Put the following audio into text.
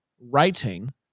Writing